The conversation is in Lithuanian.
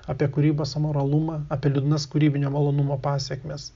apie kūrybos amoralumą apie liūdnas kūrybinio malonumo pasekmes